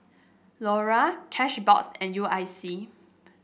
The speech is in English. Lora Cashbox and U I C